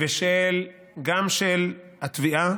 גם של התביעה,